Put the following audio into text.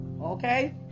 okay